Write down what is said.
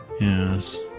yes